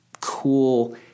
cool